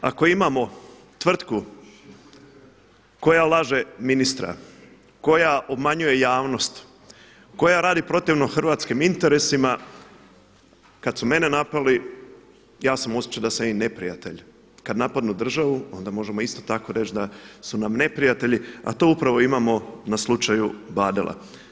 Ako imamo tvrtku koja laže ministra, koja obmanjuje javnost, koja radi protivno hrvatskim interesima kada su mene napali, ja sam osjećao da sam im neprijatelj, kada napadnu državu onda možemo reći isto tako reći da su nam neprijatelji, a to upravo imamo na slučaju Badela.